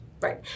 Right